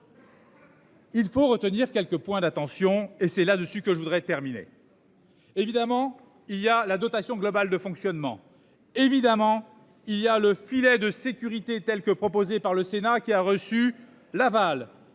Il faut retenir quelques points d'attention, et c'est là-dessus que je voudrais terminer. Évidemment il y a la dotation globale de fonctionnement. Évidemment il y a le filet de sécurité telle que proposée par le Sénat qui a reçu l'aval